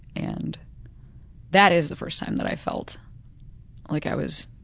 and that is the first time that i felt like i was